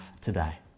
today